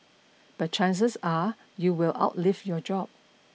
but chances are you will outlive your job